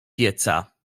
pieca